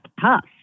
tough